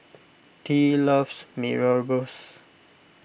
Tea loves Mee Rebus